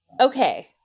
Okay